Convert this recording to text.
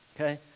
Okay